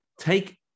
Take